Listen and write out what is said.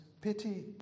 pity